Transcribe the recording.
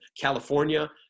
California